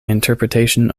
interpretation